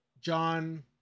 John